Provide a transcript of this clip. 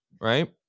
right